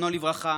זיכרונו לברכה,